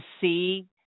see